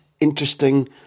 interesting